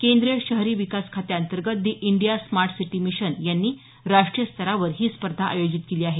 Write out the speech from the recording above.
केंद्रीय शहरी विकास खात्यांतर्गत the India smart city mission यांनी राष्ट्रीय स्तरावर ही स्पर्धा आयोजित केली आहे